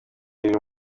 riha